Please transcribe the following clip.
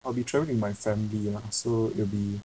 I will be travelling my family lah so it'll be